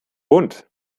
bunt